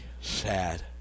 sad